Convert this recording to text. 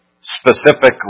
specifically